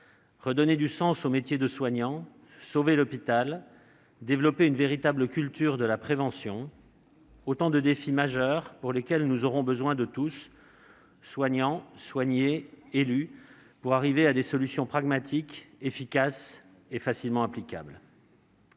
redonner du sens au métier de soignant ; sauver l'hôpital ; développer une véritable culture de la prévention : autant de défis majeurs pour lesquels nous aurons besoin de tous, soignants, soignés, élus, pour parvenir à des solutions pragmatiques, efficaces et facilement applicables.